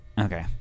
okay